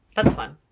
that's fun.